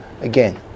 again